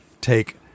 take